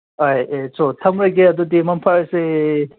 ꯕꯥꯏ ꯑꯦ ꯆꯣ ꯊꯝꯃꯒꯦ ꯑꯗꯨꯗꯤ ꯃꯪꯐꯔꯁꯦ